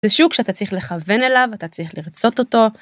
זה שוק שאתה צריך לכוון אליו, אתה צריך לרצות אותו.